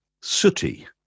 sooty